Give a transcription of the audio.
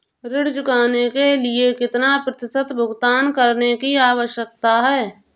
ऋण चुकाने के लिए कितना प्रतिशत भुगतान करने की आवश्यकता है?